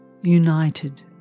united